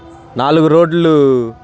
నాలుగు రోడ్లు